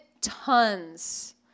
tons